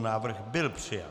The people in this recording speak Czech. Návrh byl přijat.